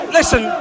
listen